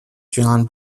john